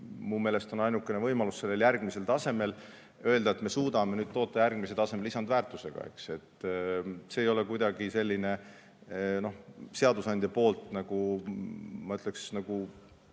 minu meelest on ainukene võimalus sellel järgmisel tasemel öelda, et me suudame toota järgmisel tasemel lisandväärtusega. See ei ole kuidagi seadusandja poolt, ma ütleks,